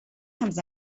comes